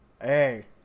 hey